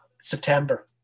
September